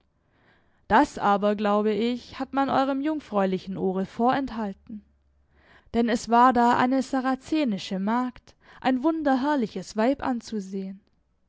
das aber glaube ich hat man eurem jungfräulichen ohre vorenthalten denn es war da eine sarazenische magd ein wunderherrliches weib anzusehen